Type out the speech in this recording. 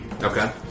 Okay